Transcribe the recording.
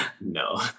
No